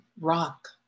rock